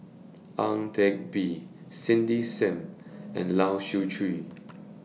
Ang Teck Bee Cindy SIM and Lai Siu Chiu